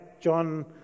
John